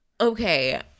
okay